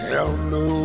Hello